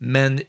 Men